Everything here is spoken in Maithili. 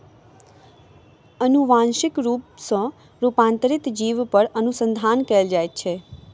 अनुवांशिक रूप सॅ रूपांतरित जीव पर अनुसंधान कयल जाइत अछि